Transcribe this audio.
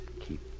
keep